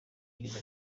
yagize